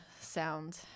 sound